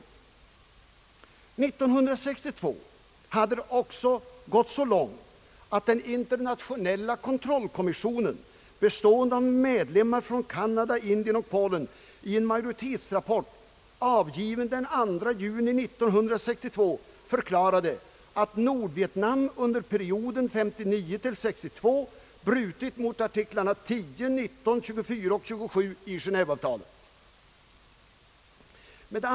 År 1962 hade det också gått så långt, att den internationella kontrollkommissionen, bestående av medlemmar från Kanada, Indien och Polen, i en majoritetsrapport avgiven den 2 juni år 1962 förklarade, att Nordvietnam under perioden 1959— 1962 hade brutit mot artiklarna 10, 19, 24 och 27 i Genéveavtalet.